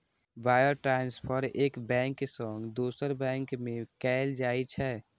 wire transfer एक bank सं दोसर बैंक में कैल जाइ छै